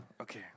Okay